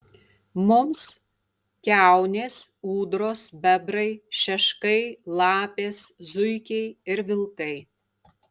mums kiaunės ūdros bebrai šeškai lapės zuikiai ir vilkai